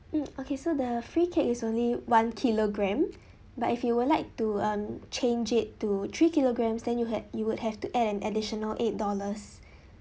mm okay so the free cake is only one kilogram but if you would like to um change it to three kilograms then you had you would have to add an additional eight dollars